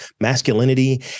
masculinity